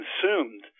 consumed